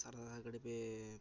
సరదాగా గడిపే